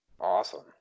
Awesome